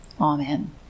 Amen